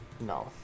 No